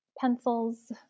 pencils